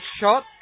shot